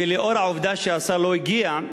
ולאור העובדה שהשר לא הגיע,